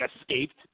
escaped